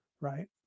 Right